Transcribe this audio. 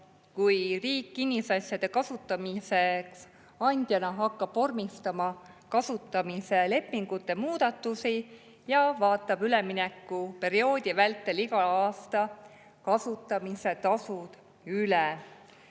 kui riik kinnisasjade kasutamiseks andjana hakkab vormistama kasutamislepingute muudatusi ja vaatab üleminekuperioodi vältel igal aastal kasutamise tasud